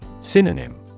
Synonym